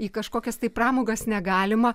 į kažkokias tai pramogas negalima